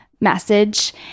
message